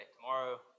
tomorrow